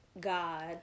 God